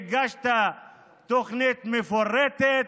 מספיק שהגשת תוכנית מפורטת,